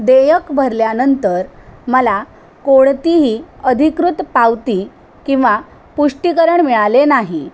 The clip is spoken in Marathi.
देयक भरल्यानंतर मला कोणतीही अधिकृत पावती किंवा पुष्टीकरण मिळाले नाही